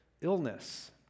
illness